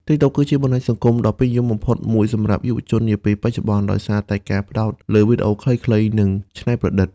TikTok គឺជាបណ្ដាញសង្គមដ៏ពេញនិយមបំផុតមួយសម្រាប់យុវជននាពេលបច្ចុប្បន្ន ដោយសារតែការផ្ដោតលើ វីដេអូខ្លីៗ និងច្នៃប្រឌិត។